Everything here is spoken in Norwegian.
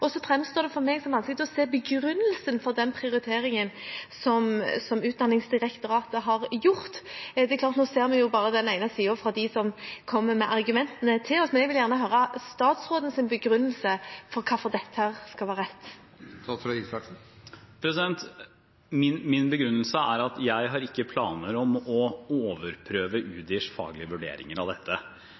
for meg å se begrunnelsen for den prioriteringen som Utdanningsdirektoratet har gjort. Nå ser vi jo bare den ene siden – fra dem som kommer med argumentene til oss – men jeg vil gjerne høre statsrådens begrunnelse for hvorfor dette skal være rett. Min begrunnelse er at jeg ikke har planer om å overprøve Udirs faglige vurderinger av dette,